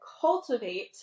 cultivate